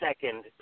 second